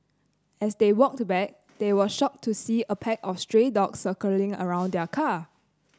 as they walked back they were shocked to see a pack of stray dogs circling around their car